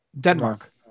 Denmark